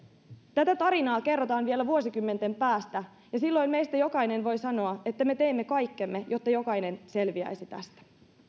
tätä tarinaa kerrotaan vielä vuosikymmenten päästä ja silloin meistä jokainen voi sanoa että me teimme kaikkemme jotta jokainen selviäisi tästä